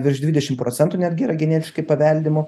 virš dvidešim procentų netgi yra genetiškai paveldimo